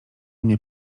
mnie